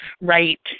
right